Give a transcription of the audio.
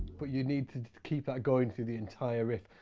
but, you need to keep that going through the entire riff.